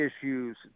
issues